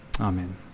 Amen